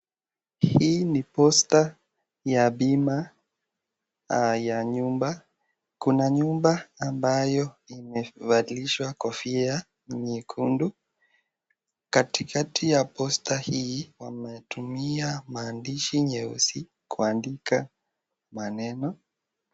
Hii ni posta ya bima ya nyumba ,kuna nyumba ambayo imevalishwa kofia nyekundu katikati ya posta hii wametumia maandishi nyeusi kuandika maneno.